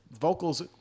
vocals